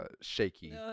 shaky